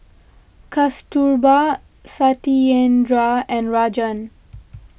Kasturba Satyendra and Rajan